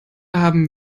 haben